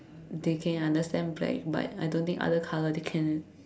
they can understand black but I don't think other colour they can